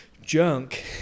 junk